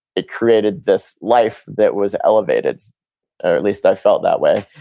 it created this life that was elevated or at least i felt that way.